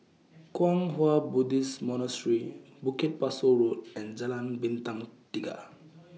Kwang Hua Buddhist Monastery Bukit Pasoh Road and Jalan Bintang Tiga